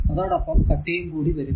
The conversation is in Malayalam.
അതോടൊപ്പം കട്ടിയും കൂടി വരും